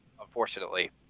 unfortunately